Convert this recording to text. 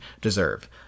deserve